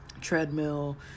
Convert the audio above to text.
treadmill